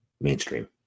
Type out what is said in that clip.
mainstream